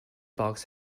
box